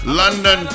london